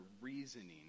reasoning